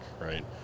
right